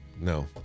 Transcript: No